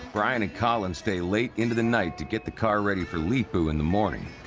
brian and colin stay late into the night to get the car ready for leepu in the morning.